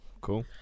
Cool